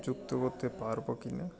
যুক্ত করতে পারব কি না